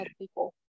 people